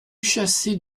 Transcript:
chasser